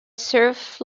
surf